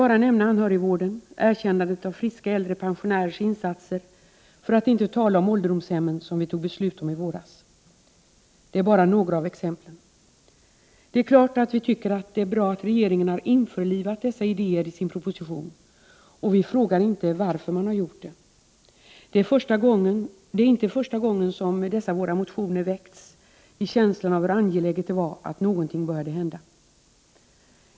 Jag kan nämna anhörigvården, erkännandet av friska äldre pensionärers insatser, för att inte tala om ålderdomshemmen som vi fattade beslut om i våras. Detta är bara några exempel. Det är klart att vi tycker att det är bra att regeringen har införlivat dessa idéer i sin proposition, och vi frågar inte varför. Det är inte första gången som dessa våra motioner har väckts i känslan av att det var angeläget att någonting började hända.